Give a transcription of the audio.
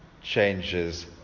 changes